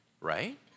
right